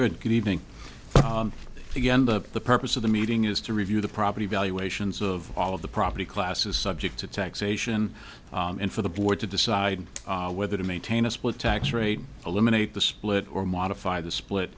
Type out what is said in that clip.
very good evening again that the purpose of the meeting is to review the proper evaluations of all of the property class is subject to taxation and for the board to decide whether to maintain a split tax rate eliminate the split or modify the split